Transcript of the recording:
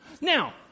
Now